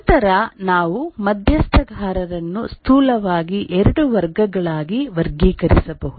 ನಂತರ ನಾವು ಮಧ್ಯಸ್ಥಗಾರರನ್ನು ಸ್ಥೂಲವಾಗಿ ಎರಡು ವರ್ಗಗಳಾಗಿ ವರ್ಗೀಕರಿಸಬಹುದು